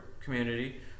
community